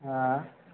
ہاں